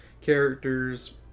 characters